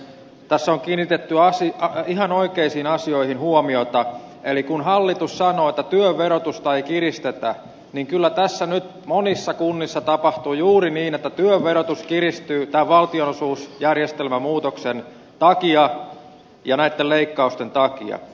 tässä on kiinnitetty ihan oikeisiin asioihin huomiota eli kun hallitus sanoo että työn verotusta ei kiristetä niin kyllä tässä nyt monissa kunnissa tapahtuu juuri niin että työn verotus kiristyy tämän valtionosuusjärjestelmän muutoksen takia ja näitten leikkausten takia